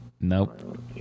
Nope